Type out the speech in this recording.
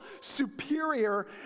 superior